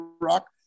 Rock